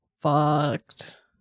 fucked